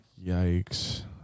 yikes